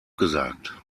gesagt